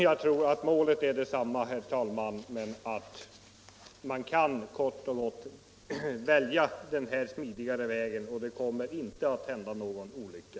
Jag tror som sagt att målet är detsamma, herr talman, och jag anser att vi kan välja den smidigare vägen utan att det kommer att hända någon olycka.